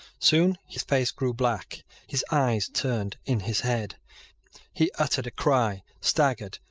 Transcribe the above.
soon his face grew black his eyes turned in his head he uttered a cry, staggered,